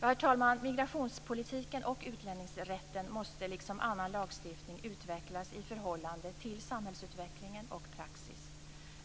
Herr talman! Migrationspolitiken och utlänningsrätten måste liksom annan lagstiftning utvecklas i förhållande till samhällsutvecklingen och praxis.